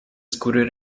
skóry